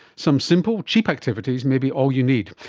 some simple, cheap activities may be all you need.